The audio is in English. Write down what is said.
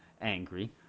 angry